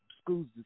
schools